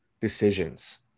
decisions